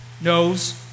knows